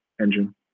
engine